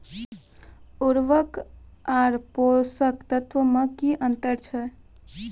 उर्वरक आर पोसक तत्व मे की अन्तर छै?